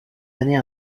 années